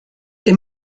est